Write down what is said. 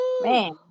Man